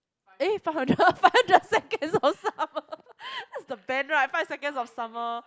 eh Five Hundred Five Hundred Seconds of Summer that's the band right Five Seconds of Summer